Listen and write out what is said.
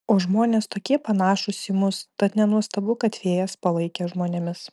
o žmonės tokie panašūs į mus tad nenuostabu kad fėjas palaikė žmonėmis